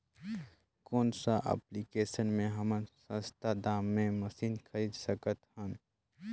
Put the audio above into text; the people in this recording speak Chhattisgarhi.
कौन सा एप्लिकेशन मे हमन सस्ता दाम मे मशीन खरीद सकत हन?